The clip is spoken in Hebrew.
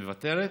מוותרת?